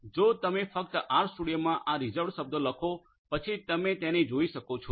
તેથી જો તમે ફક્ત આરસ્ટુડિયોમાં આ રીઝર્વડ શબ્દો લખો પછી તમે તેને જોઈ શકો છો